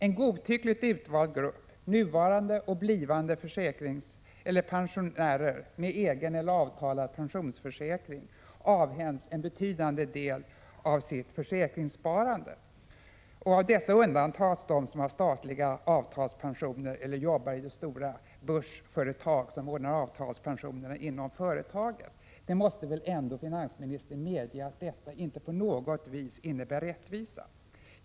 En godtyckligt utvald grupp, nuvarande och blivande pensionärer med egen eller avtalad pensionsförsäkring, avhänds en betydande del av sitt försäkringssparande. Av dessa undantas de som har statliga avtalspensioner eller jobbar i de stora börsföretag som ordnar avtalspensionerna inom företagen. Finansministern måste väl ändå medge att det inte på något sätt innebär rättvisa.